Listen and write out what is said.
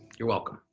you're welcome.